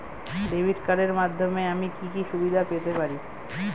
Debit কার্ডের মাধ্যমে আমি কি কি সুবিধা পেতে পারি?